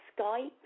Skype